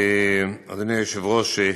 אדוני היושב-ראש,